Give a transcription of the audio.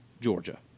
Georgia